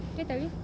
did I tell you